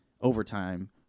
overtime